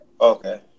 Okay